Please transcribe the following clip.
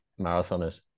marathoners